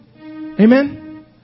Amen